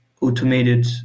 automated